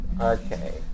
Okay